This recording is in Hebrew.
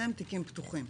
תיקים פתוחים?